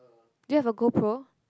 do you have a go pro